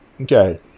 Okay